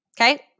okay